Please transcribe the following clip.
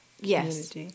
yes